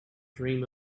dream